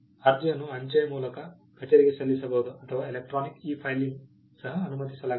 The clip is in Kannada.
ಅರ್ಜಿಯನ್ನು ಅಂಚೆ ಮೂಲಕ ಕಚೇರಿಗೆ ಸಲ್ಲಿಸಬಹುದು ಅಥವಾ ಎಲೆಕ್ಟ್ರಾನಿಕ್ ಇ ಫೈಲಿಂಗ್ ಸಹ ಅನುಮತಿಸಲಾಗಿದೆ